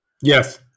Yes